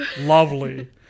lovely